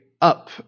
up